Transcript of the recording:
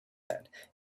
that